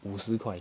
五十块